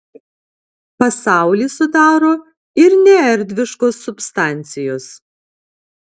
pasaulį sudaro ir neerdviškos substancijos